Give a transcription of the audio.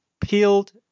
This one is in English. peeled